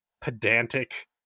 pedantic